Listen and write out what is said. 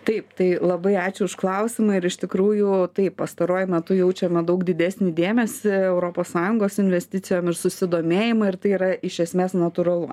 taip tai labai ačiū už klausimą ir iš tikrųjų taip pastaruoju metu jaučiame daug didesnį dėmesį europos sąjungos investicijom ir susidomėjimą ir tai yra iš esmės natūralu